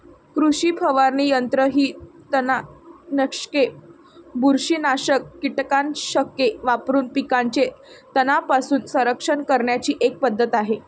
कृषी फवारणी यंत्र ही तणनाशके, बुरशीनाशक कीटकनाशके वापरून पिकांचे तणांपासून संरक्षण करण्याची एक पद्धत आहे